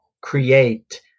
create